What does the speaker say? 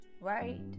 Right